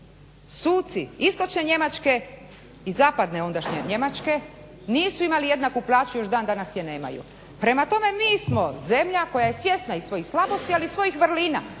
suci istočne Njemačke i zapadne ondašnje Njemačke nisu imali jednaku plaću. Još dan danas je nemaju. Prema tome, mi smo zemlja koja je svjesna i svojih slabosti, ali i svojih vrlina.